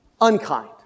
unkind